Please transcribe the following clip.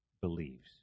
believes